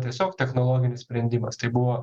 tiesiog technologinis sprendimas tai buvo